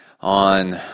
on